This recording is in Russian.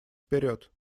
вперед